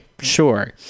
Sure